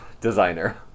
designer